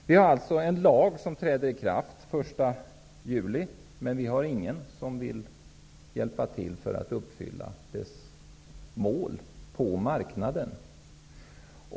En lag kommer att träda i kraft den 1 juli, men det finns ingen som vill hjälpa till för att uppfylla dess mål på marknaden.